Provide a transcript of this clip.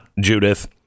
Judith